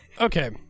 okay